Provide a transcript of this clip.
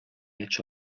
edge